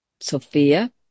Sophia